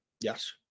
Yes